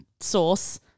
source